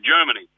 Germany